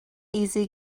easy